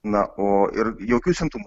na o ir jokių simptomų